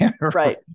Right